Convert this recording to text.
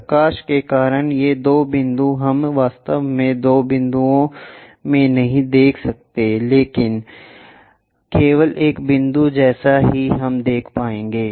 प्रकाश के कारण ये दो बिंदु हम वास्तव में दो बिंदुओं में नहीं देख सकते हैं लेकिन केवल एक बिंदु जैसा कि हम देखेंगे